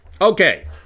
Okay